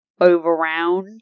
overround